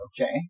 Okay